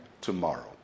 tomorrow